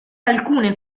alcune